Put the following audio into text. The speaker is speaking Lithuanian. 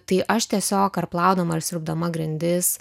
tai aš tiesiog ar plaudama ar siurbdama grindis